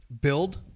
build